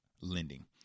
lending